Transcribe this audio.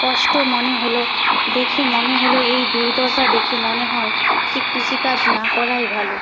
কষ্ট মনে হলো দেখে মনে হলো এই দুর্দশা দেখে মনে হয় যে কৃষিকাজ না করাই ভালো